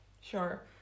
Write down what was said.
Sure